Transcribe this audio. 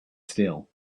still